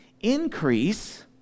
increase